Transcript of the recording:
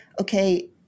okay